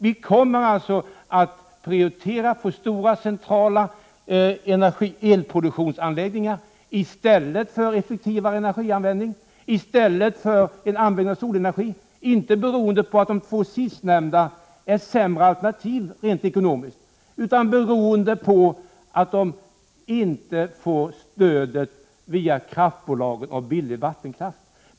Vi kommer att prioritera stora centrala elproduktionsanläggningar i stället för effektivare energianvändning och en användning av solenergin — inte beroende på att de två sistnämnda alternativen är sämre rent ekonomiskt utan beroende på att de inte får stöd via kraftbolagen när det gäller billigare vattenkraft.